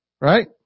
right